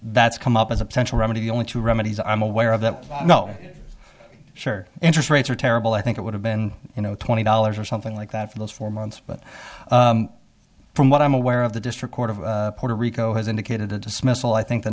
that's come up as a potential remedy the only two remedies i'm aware of that no shared interest rates are terrible i think it would have been you know twenty dollars or something like that for those four months but from what i'm aware of the district court of puerto rico has indicated a dismissal i think the